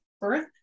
Birth